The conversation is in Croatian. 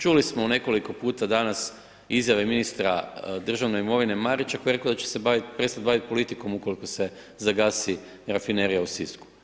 Čuli smo u nekoliko puta danas, izjave ministra, državne imovine Marića, koji je rekao da će se prestati baviti politikom ukoliko se zagasi rafinerija u Sisku.